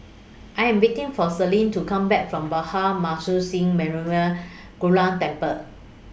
I Am waiting For Selene to Come Back from Bhai Maharaj Singh Memorial Gurdwara Temple